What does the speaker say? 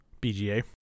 BGA